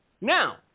Now